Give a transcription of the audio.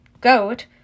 goat